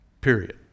Period